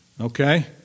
Okay